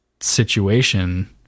situation